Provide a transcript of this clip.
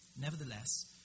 Nevertheless